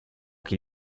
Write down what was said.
che